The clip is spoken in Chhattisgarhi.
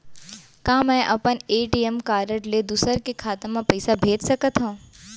का मैं अपन ए.टी.एम कारड ले दूसर के खाता म पइसा भेज सकथव?